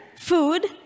Food